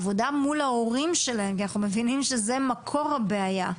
עבודה מול ההורים שלהם כי אנחנו מבינים שזה מקור הבעיה.